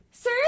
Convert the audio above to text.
Sir